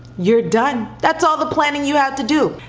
you're done. that's all the planning you have to do.